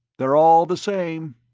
they're all the same.